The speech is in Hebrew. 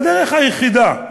הדרך היחידה,